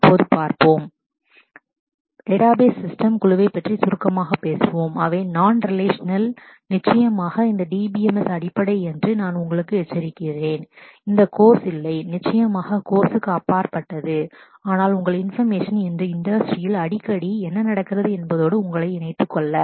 இப்போது பார்ப்போம் database system database systems குழுவைப் பற்றி சுருக்கமாகப் பேசுவோம் அவை நான் ரிலேஷணல் non relational நிச்சயமாக இந்த DBMS அடிப்படை என்று நான் உங்களுக்கு எச்சரிக்கிறேன் இந்த கோர்ஸ் course இல்லை நிச்சயமாக கோர்ஸ் அப்பாற்பட்டது ஆனால் உங்கள் இன்பர்மஷன் information இன்று இண்டஸ்ட்ரியில் industy அடிக்கடி frequently என்ன நடக்கிறது என்பதோடு உங்களை இணைத்துக்கொள்ள